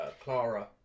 Clara